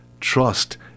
trust